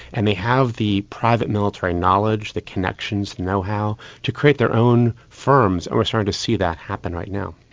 and they have the private military knowledge, the connections, know-how to create their own firms, and we're starting to see that happen right now.